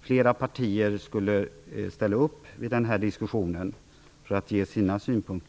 flera partier skulle ställa upp i den här diskussionen för att ge sina synpunkter.